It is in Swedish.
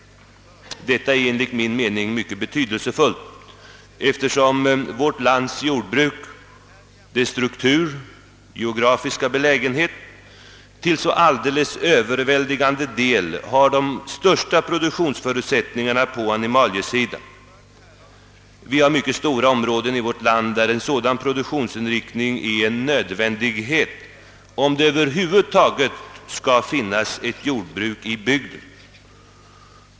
Detta är enligt min mening mycket betydelsefullt, eftersom vårt lands jordbruk på grund av dess struktur och geografiska belägenhet till övervägande del har de största produktionsförutsättningarna på den animaliska sidan. Vi har mycket stora områden i vårt land där en sådan produktionsinriktning är nödvändig, om det över huvud taget skall finnas ett jordbruk i bygden.